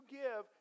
give